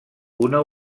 una